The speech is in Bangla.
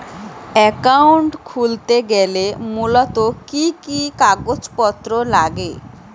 অ্যাকাউন্ট খুলতে গেলে মূলত কি কি কাগজপত্র লাগে?